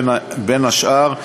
בין השאר,